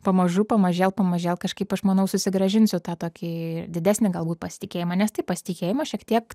pamažu pamažėl pamažėl kažkaip aš manau susigrąžinsiu tą tokį didesnį galbūt pasitikėjimą nes tai pasitikėjimo šiek tiek